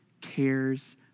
cares